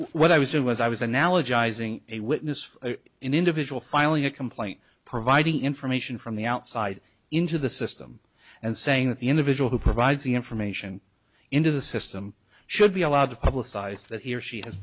what i was it was i was analogizing a witness for an individual filing a complaint providing information from the outside into the system and saying that the individual who provides the information into the system should be allowed to publicize that he or she has